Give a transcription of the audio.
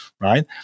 right